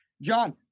John